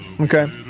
Okay